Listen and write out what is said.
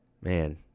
Man